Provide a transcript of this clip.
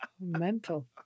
Mental